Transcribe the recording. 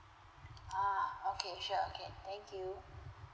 ah okay sure okay thank you